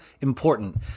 important